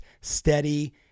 steady